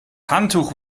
handtuch